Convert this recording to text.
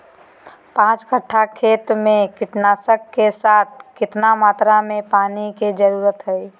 पांच कट्ठा खेत में कीटनाशक के साथ कितना मात्रा में पानी के जरूरत है?